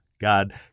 God